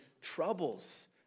troubles